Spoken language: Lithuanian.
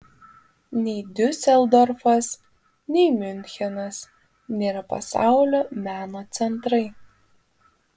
nei diuseldorfas nei miunchenas nėra pasaulio meno centrai